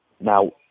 Now